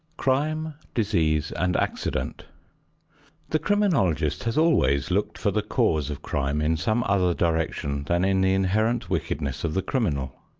crime, disease and accident the criminologist has always looked for the cause of crime in some other direction than in the inherent wickedness of the criminal.